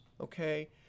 okay